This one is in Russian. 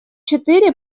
четыре